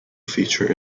feature